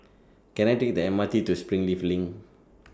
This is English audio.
Can I Take The MRT to Springleaf LINK